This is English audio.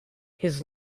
his